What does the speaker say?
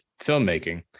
filmmaking